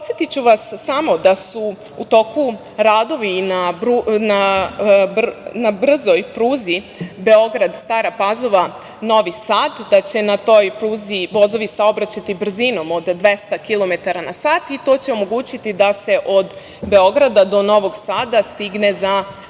vas samo da su u toku radovi i na brzoj pruzi Beograd - Stara Pazova - Novi Sad, da će na toj pruzi vozovi saobraćati brzinom od 200 kilometara na sat i to će omogućiti da se od Beograda do Novog Sada stigne za manje